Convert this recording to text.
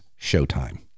showtime